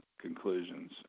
conclusions